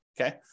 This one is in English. Okay